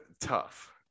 tough